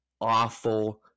awful